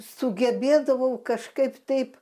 sugebėdavau kažkaip taip